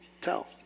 tell